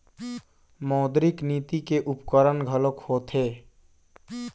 मौद्रिक नीति के उपकरन घलोक होथे